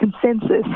consensus